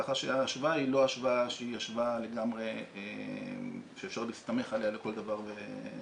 כך שההשוואה היא לא השוואה שאפשר להסתמך עליה לכל דבר ועניין,